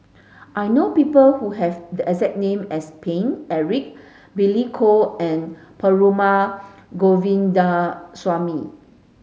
I know people who have the exact name as Paine Eric Billy Koh and Perumal Govindaswamy